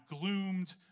gloomed